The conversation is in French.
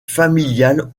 familiales